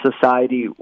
society